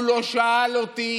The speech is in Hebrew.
הוא לא שאל אותי